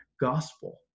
gospel